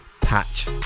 Patch